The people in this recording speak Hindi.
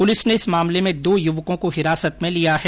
पुलिस ने इस मामले में दो युवकों को हिरासत में लिया है